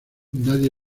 nadie